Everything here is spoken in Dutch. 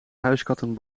huiskatten